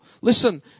Listen